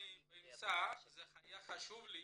אני באמצע, זה היה חשוב לי